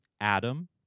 Adam